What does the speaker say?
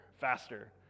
faster